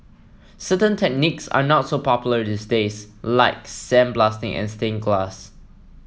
certain techniques are not so popular these days like sandblasting and stained glass